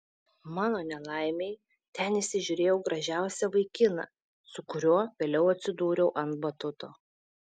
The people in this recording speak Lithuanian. mano nelaimei ten įsižiūrėjau gražiausią vaikiną su kuriuo vėliau atsidūriau ant batuto